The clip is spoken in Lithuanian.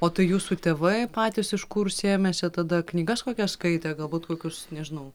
o tai jūsų tėvai patys iš kur sėmėsi tada knygas kokias skaitė galbūt kokius nežinau